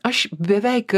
aš beveik